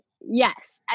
Yes